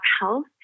health